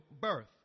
birth